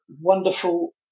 wonderful